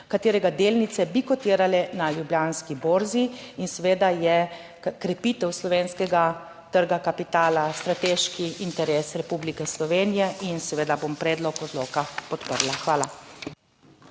katerega delnice bi kotirale na ljubljanski borzi, in seveda je krepitev slovenskega trga kapitala strateški interes Republike Slovenije in seveda bom predlog odloka podprla. Hvala.